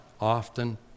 often